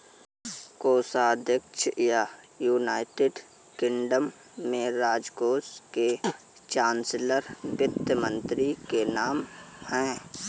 कोषाध्यक्ष या, United Kingdom में, राजकोष के चांसलर वित्त मंत्री के नाम है